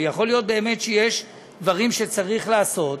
ויכול להיות באמת שיש דברים שצריך לעשות,